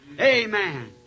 Amen